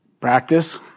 Practice